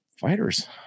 fighters